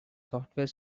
software